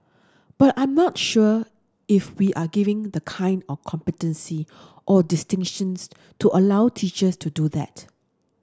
but I'm not sure if we're giving the kind of competency or distinctions to allow teachers to do that